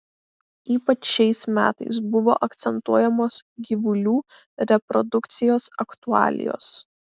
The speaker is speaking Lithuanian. ypač šiais metais buvo akcentuojamos gyvulių reprodukcijos aktualijos